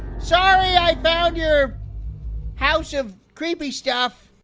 sorry, i found your house of creepy stuff.